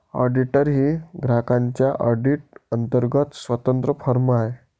auditor ही ग्राहकांच्या audit अंतर्गत स्वतंत्र फर्म आहे